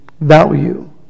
value